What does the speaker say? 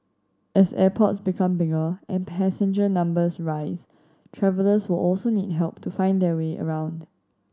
as airports become bigger and passenger numbers rise travellers will also need help to find their way around